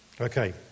Okay